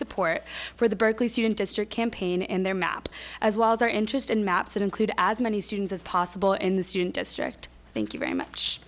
support for the berkeley student district campaign and their map as well as our interest in maps that include as many students as possible in the student district thank you very much